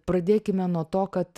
pradėkime nuo to kad